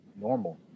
normal